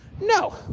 No